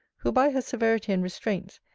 who, by her severity and restraints,